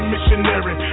missionary